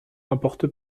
importe